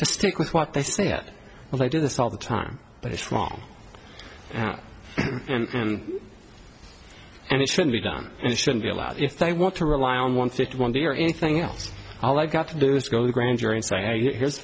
to stick with what they say yeah well they do this all the time but it's wrong and and it should be done and should be allowed if they want to rely on one fifth one day or anything else all i got to do is go to the grand jury and say hey